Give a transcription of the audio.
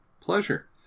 pleasure